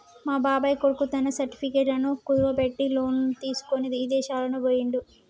మా బాబాయ్ కొడుకు తన సర్టిఫికెట్లను కుదువబెట్టి లోను తీసుకొని ఇదేశాలకు బొయ్యిండు